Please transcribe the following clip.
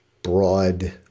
broad